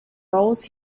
roles